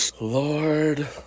Lord